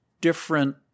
different